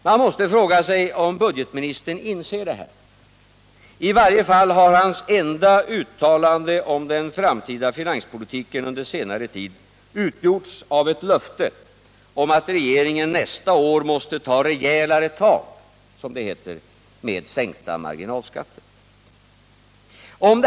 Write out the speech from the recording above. Man måste fråga sig om budgetministern inser detta. I varje fall har hans enda uttalanden under senare tid om den framtida finanspolitiken utgjorts av ett löfte om att regeringen nästa år måste ta rejälare tag, som det heter, med marginalskattesänkningar.